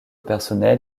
personnel